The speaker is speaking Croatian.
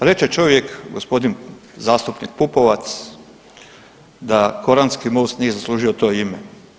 Reče čovjek, gospodin zastupnik Pupovac da koranski most nije zaslužio to ime.